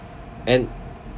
and